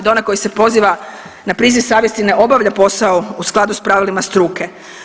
Da onaj koji se poziva na priziv savjesti ne obavlja posao u skladu s pravilima struke?